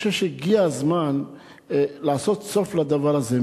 אני חושב שהגיע הזמן לעשות סוף לדבר הזה.